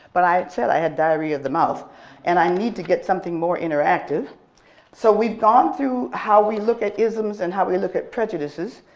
but i said i had diarrhea of the mouth and i need to get something more interactive so we've gone through how we look at isms and how we look at prejudices,